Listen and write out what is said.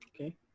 Okay